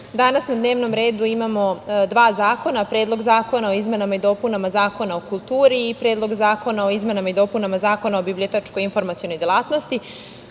danas na dnevnom redu imamo dva zakona – Predlog zakona o izmenama i dopunama Zakona o kulturi i Predlog zakona o izmenama i dopunama Zakona o bibliotečko-informacionoj delatnosti,